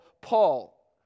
Paul